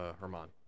Herman